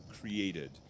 created